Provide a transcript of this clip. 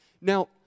Now